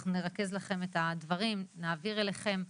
אנחנו נרכז לכם את הדברים, נעביר אליכם.